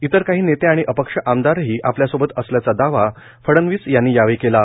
इतर काही नेते आणि अपक्ष आमदारही आपल्यासोबत असल्याचा दावा फडणवीस यांनी यावेळी केला